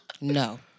No